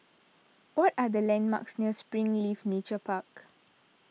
what are the landmarks near Springleaf Nature Park